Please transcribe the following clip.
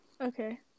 Okay